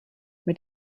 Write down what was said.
mit